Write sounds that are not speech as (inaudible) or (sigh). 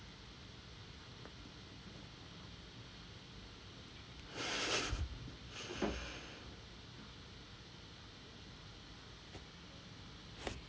(laughs)